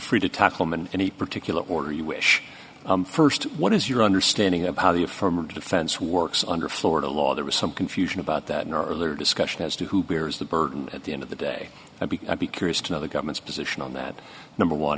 free to tackle mn any particular order you wish st what is your understanding of how the affirmative defense works under florida law there was some confusion about that in our earlier discussion as to who bears the burden at the end of the day i'd be curious to know the government's position on that number one